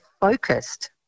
focused